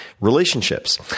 relationships